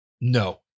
No